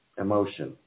emotion